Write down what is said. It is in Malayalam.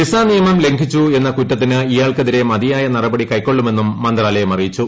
വിസാ നിയമം ലംഘിച്ചു എന്ന കുറ്റത്തിന് ഇയാൾക്കെതിരെ മതിയായ നടപടി കൈക്കൊള്ളുമെന്നും മന്ത്രാലയം അറിയിച്ചു